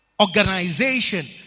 organization